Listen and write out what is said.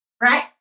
Right